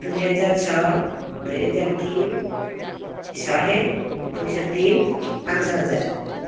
ଦୁଇ ହଜାର ଛଅ ଦୁଇ ହଜାର ତିନି ଶହ ଦୁଇ ଶହ ତିନି ପାଞ୍ଚ ହଜାର